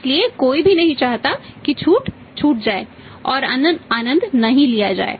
इसलिए कोई भी नहीं चाहता कि छूट छूट जाए और आनंद नहीं लिया जाए